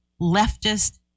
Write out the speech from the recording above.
leftist